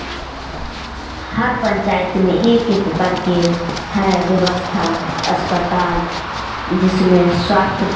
हर पंचायत में एक एक करके हैं व्यवस्था अस्पताल जिसमें स्वास्थ्य